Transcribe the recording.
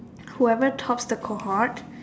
whoever tops the cohort